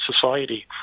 society